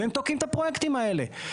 והם תוקעים את הפרויקטים האלה.